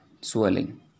swelling